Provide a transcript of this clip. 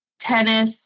tennis